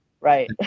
right